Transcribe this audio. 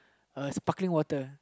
a sparkling water